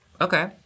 Okay